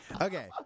Okay